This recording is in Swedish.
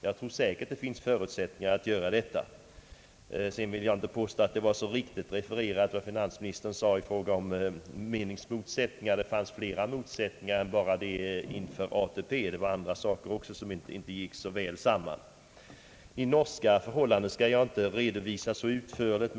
Jag tror att det säkert finns förutsättningar att göra detta. Jag vill inte påstå att vad finansministern sade om meningsmotsättningar var så riktigt refererat. Det fanns flera motsättningar än de som gällde ATP. De norska förhållandena skall jag inte redovisa så utförligt.